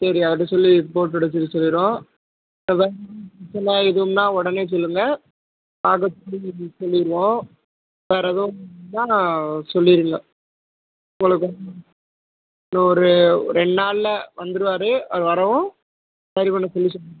சரி அவர்கிட்ட சொல்லி போட்டுவிட சொல்லி செய்யறோம் ஏதாவது பிரச்சனை எதும்னா உடனே சொல்லுங்கள் பார்க்க சொல்லி சொல்லிருவோம் வேறு எதுவும் வேணா சொல்லிருங்க உங்களுக்கு இன்னும் ஒரு ரெண்டு நாளில் வந்துடுவாரு அவர் வரவும் சரி பண்ண சொல்லி சொல்லிடுறேன்